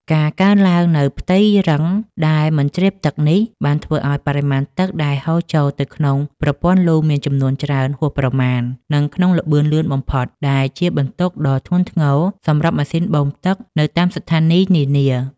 ការកើនឡើងនូវផ្ទៃរឹងដែលមិនជ្រាបទឹកនេះ បានធ្វើឱ្យបរិមាណទឹកដែលហូរចូលទៅក្នុងប្រព័ន្ធលូមានចំនួនច្រើនហួសប្រមាណ និងក្នុងល្បឿនលឿនបំផុត ដែលជាបន្ទុកដ៏ធ្ងន់ធ្ងរសម្រាប់ម៉ាស៊ីនបូមទឹកនៅតាមស្ថានីយនានា។